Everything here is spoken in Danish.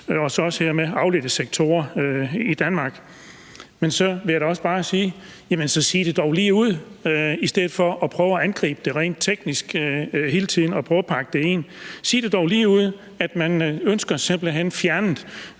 og også i de afledte sektorer i Danmark. Men så vil jeg da også bare sige: Så sig det dog ligeud i stedet for at prøve at angribe det rent teknisk hele tiden og prøve at pakke det ind. Sig dog ligeud, at man ønsker simpelt hen at fjerne